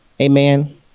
Amen